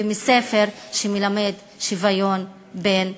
ומספר שמלמד שוויון בין העמים,